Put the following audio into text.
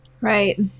Right